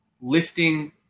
lifting